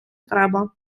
треба